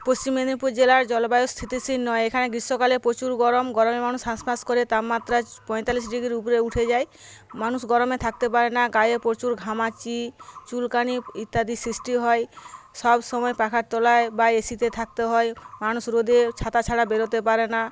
পশ্চিম মেদিনীপুর জেলার জলবায়ু স্থিতিশীল নয় এখানে গ্রীষ্মকালে প্রচুর গরম গরমে মানুষ হাঁসফাঁস করে তাপমাত্রা পঁয়তাল্লিশ ডিগ্রীর উপরে উঠে যায় মানুষ গরমে থাকতে পারে না গায়ে প্রচুর ঘামাচি চুলকানি ইত্যাদি সৃষ্টি হয় সবসময় পাখার তলায় বা এসিতে থাকতে হয় মানুষ রোদে ছাতা ছাড়া বেড়োতে পারে না